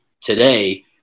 today